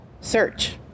search